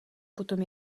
potom